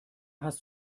hast